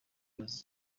bibaza